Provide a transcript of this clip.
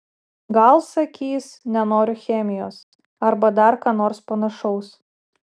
gal sakys nenoriu chemijos arba dar ką nors panašaus